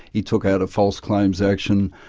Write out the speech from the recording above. he took out a false claims action,